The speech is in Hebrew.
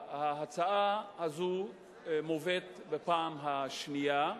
ההצעה הזו מובאת בפעם השנייה,